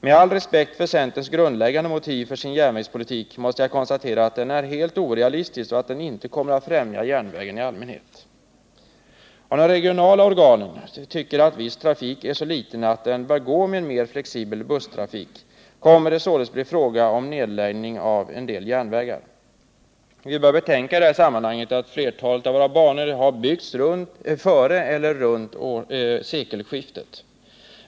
Med all respekt för centerns grundläggande motiv för sin järnvägspolitik måste jag konstatera att den är helt orealistisk och att den inte kommer att främja järnvägen i allmänhet. Om de regionala organen tycker att viss trafik är så gles att det bör gå att ha flexibel busstrafik kommer det således att bli fråga om nedläggning av en del järnvägar. Vi bör i det sammanhanget betänka att flertalet av våra banor byggts före eller kring sekelskiftet.